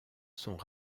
sont